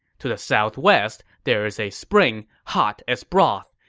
to the southwest there is a spring hot as broth.